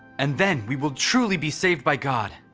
and then, we will truly be saved by god.